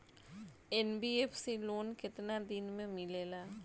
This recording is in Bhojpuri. एन.बी.एफ.सी लोन केतना दिन मे मिलेला?